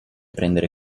prendere